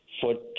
foot